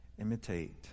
imitate